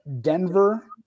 Denver